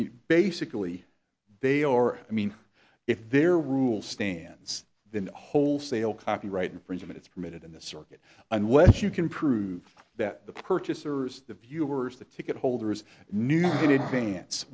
basically they or i mean if their rule stands then wholesale copyright infringement is permitted in the circuit unless you can prove that the purchasers the viewers the ticket holders knew